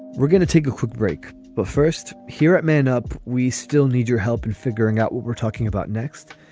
we're going to take a quick break. but first here at man up. we still need your help in and figuring out what we're talking about next.